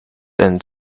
and